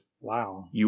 Wow